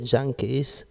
Junkies